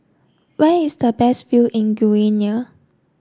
where is the best view in Guinea